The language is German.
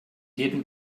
jeden